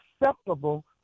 acceptable